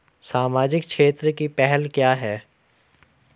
सामाजिक क्षेत्र की पहल क्या हैं?